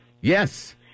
Yes